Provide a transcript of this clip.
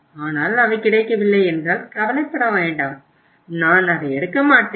ஆனால் அவை கிடைக்கவில்லை என்றால் கவலைப்பட வேண்டாம் நான் அதை எடுக்க மாட்டேன்